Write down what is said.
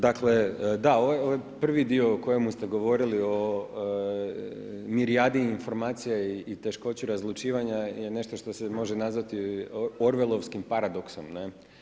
Dakle, da, ovaj prvi dio o kojemu ste govorili o … informacija i teškoći razlučivanja je nešto što se može nazvati orvelovskim paradoksom, ne.